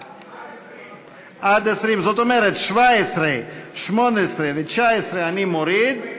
עד 20, עד 20. זאת אומרת 17, 18, ו-19 אני מוריד.